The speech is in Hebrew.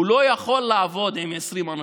הוא לא יכול לעבוד עם 20 אנשים.